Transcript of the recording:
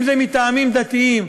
אם זה מטעמים דתיים,